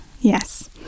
yes